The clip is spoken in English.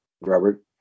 Robert